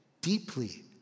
deeply